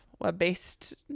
Web-based